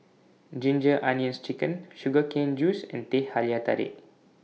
Ginger Onions Chicken Sugar Cane Juice and Teh Halia Tarik